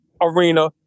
arena